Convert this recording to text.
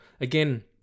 again